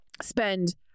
spend